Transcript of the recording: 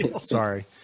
Sorry